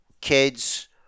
kids